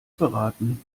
beraten